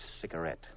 cigarette